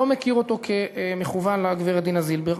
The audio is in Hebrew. לא מכיר אותו כמכוון לגברת דינה זילבר.